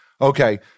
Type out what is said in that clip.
Okay